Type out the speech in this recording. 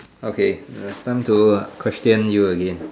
okay its time to question you again